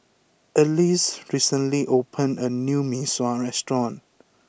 Alease recently opened a new Mee Sua restaurant